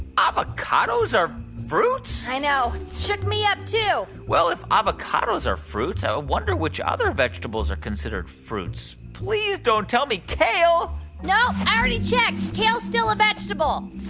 avocados are fruits? i know. shook me up, too well, if avocados are fruits, i wonder which other vegetables are considered fruits. please don't tell me kale no, i already checked. kale's still a vegetable